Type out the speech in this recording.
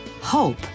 Hope